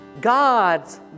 God's